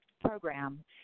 program